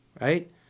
right